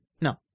No